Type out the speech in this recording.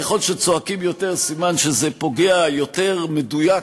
ככל שצועקים יותר סימן שזה פוגע יותר מדויק